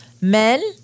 men